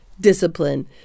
discipline